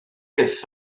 byth